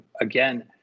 again